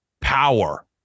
power